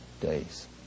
days